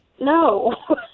no